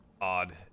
odd